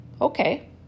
Okay